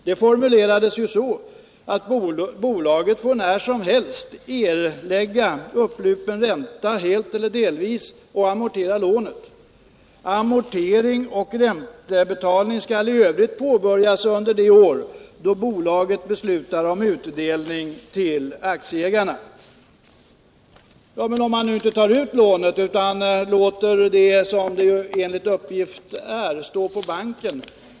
Det formulerades från början så, att bolaget när som helst får erlägga upplupen ränta, helt eller delvis, och amortera lånet. Amortering och räntebehandling skall i övrigt påbörjas under det år då bolaget beslutar om utdelning till aktieägarna. Ja, men om man nu inte tar ut lånet utan låter det — som förhållandet enligt uppgift nu är — stå kvar på banken?